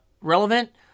relevant